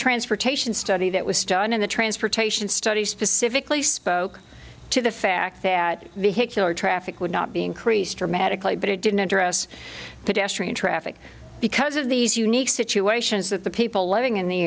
transportation study that was done in the transportation study specifically spoke to the fact that vehicular traffic would not be increased dramatically but it didn't address pedestrian traffic because of these unique situations that the people living in the